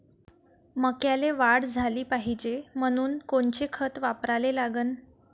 मक्याले वाढ झाली पाहिजे म्हनून कोनचे खतं वापराले लागन?